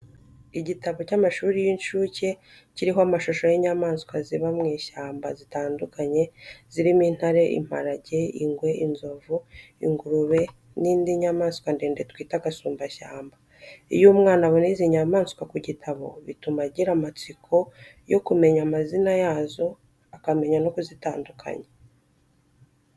Igitabo cy'amashuri y'incuke kiriho amashusho y’inyamaswa ziba mu ishyamba zitandukanye, zirimo intare, imparage, ingwe, inzovu, ingurube n’indi nyamanswa ndende twita gasumbashyamba. Iyo umwana abona izi nyamaswa ku gitabo, bituma agira amatsiko yo kumenya amazina yazo akamenya no kuzitandukanya.